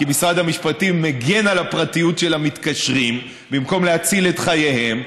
כי משרד המשפטים מגן על הפרטיות של המתקשרים במקום להציל את חייהם.